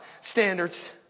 standards